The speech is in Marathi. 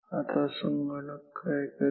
आता संगणक काय करेल